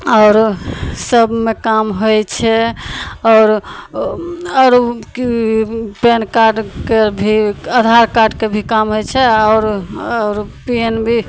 आउरो सबमे काम होइ छै आउरो आउरो उ की पेन कार्डके भी आधार कार्डके भी काम होइ छै आओर आओर पेन भी